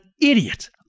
idiot